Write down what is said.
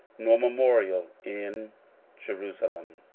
nor memorial, in jerusalem.